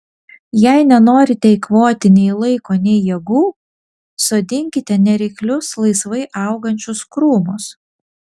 jei nenorite eikvoti nei laiko nei jėgų sodinkite nereiklius laisvai augančius krūmus